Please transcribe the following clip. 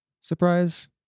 surprise